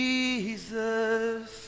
Jesus